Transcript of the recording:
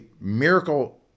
miracle